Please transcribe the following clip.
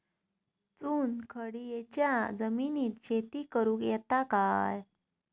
चुनखडीयेच्या जमिनीत शेती करुक येता काय?